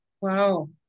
Wow